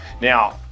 Now